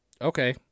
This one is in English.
Okay